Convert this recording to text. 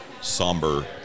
somber